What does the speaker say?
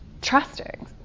trusting